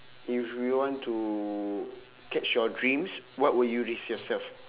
if you want to catch your dreams what will you risk yourself